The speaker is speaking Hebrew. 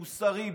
מוסרי,